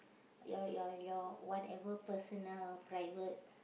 your your your whatever personal private